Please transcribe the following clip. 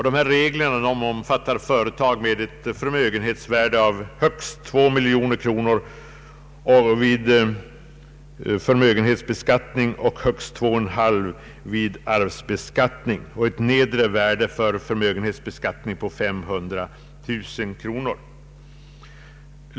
Dessa regler omfattar företag med ett förmögenhetsvärde av högst 2 miljoner kronor vid förmögenhetsbeskattning och högst 2,5 miljoner vid arvsbeskattning samt ett nedre värde för förmögenhetsbeskattning på 500 000 kronor.